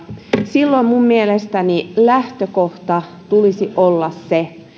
silloin minun mielestäni lähtökohdan tulisi olla se